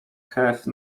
have